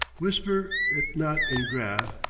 whisper it not in gath,